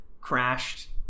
crashed